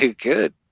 Good